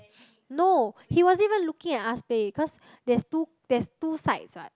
no he was even looking at us play cause there's two there's two sides what